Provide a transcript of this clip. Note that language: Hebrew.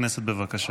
הכנסת, בבקשה.